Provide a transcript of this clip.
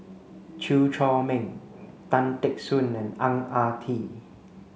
Chew Chor Meng Tan Teck Soon and Ang Ah Tee